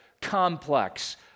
complex